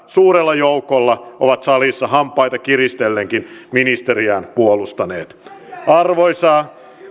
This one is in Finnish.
suurella joukolla ovat täällä salissa hampaita kiristellenkin ministeriään puolustaneet arvoisa